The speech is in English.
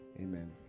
amen